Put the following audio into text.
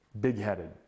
big-headed